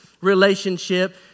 relationship